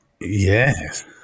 Yes